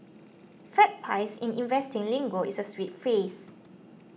fat pies in investing lingo is a sweet phrase